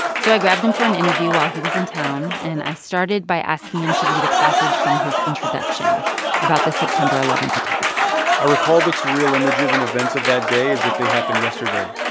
so i grabbed him for an interview while he was in town, and i started by asking him to read a passage from his introduction about the september eleven attacks i recall the surreal images and events of that day as if they happened yesterday.